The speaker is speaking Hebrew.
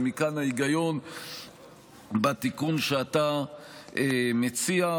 ומכאן ההיגיון בתיקון שאתה מציע.